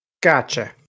Gotcha